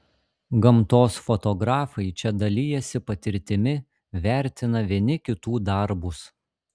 gamtos fotografai čia dalijasi patirtimi vertina vieni kitų darbus